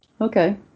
Okay